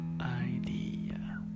idea